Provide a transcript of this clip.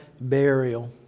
burial